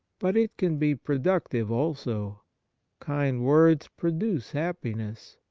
but it can be productive also kind words produce happi ness.